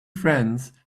friends